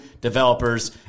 developers